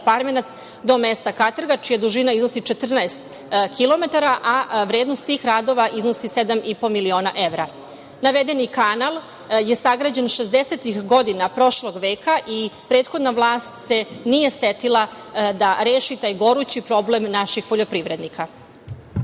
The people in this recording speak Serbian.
Parmenac do mesta Katrga, čija dužina iznosi 14 kilometara, a vrednost tih radova iznosi sedam i po miliona evra. Navedeni kanal je sagrađen šezdesetih godina prošlog veka i prethodna vlast se nije setila da reši taj gorući problem naših poljoprivrednika. Problemi